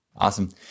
Awesome